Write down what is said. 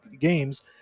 games